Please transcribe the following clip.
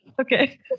Okay